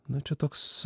na čia toks